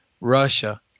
Russia